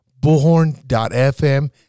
bullhorn.fm